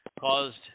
caused